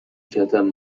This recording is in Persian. کتم